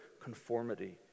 conformity